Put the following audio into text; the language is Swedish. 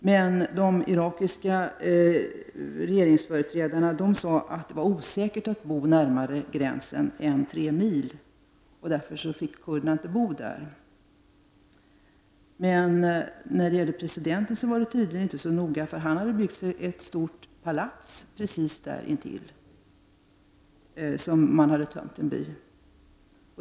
Men de irakiska regeringsföreträdarna sade att det var osäkert att bo närmare gränsen än tre mil, och därför fick kurderna inte bo där. Presidenten var det tydligen inte så noga med, för han hade byggt sig ett stort palats precis intill en by som hade tömts.